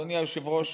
אדוני היושב-ראש,